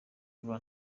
ava